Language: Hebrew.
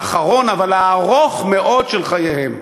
האחרון אבל הארוך מאוד של חייהם?